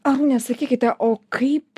arūne sakykite o kaip